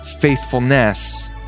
faithfulness